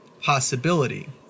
possibility